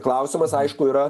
klausimas aišku yra